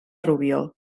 rubió